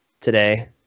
today